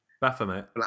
Baphomet